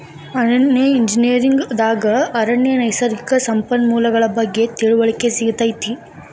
ಅರಣ್ಯ ಎಂಜಿನಿಯರ್ ದಾಗ ಅರಣ್ಯ ನೈಸರ್ಗಿಕ ಸಂಪನ್ಮೂಲಗಳ ಬಗ್ಗೆ ತಿಳಿವಳಿಕೆ ಸಿಗತೈತಿ